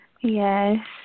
Yes